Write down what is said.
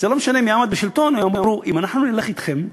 לא משנה מי עמד בשלטון, אמרו: אם אנחנו נלך אתכם,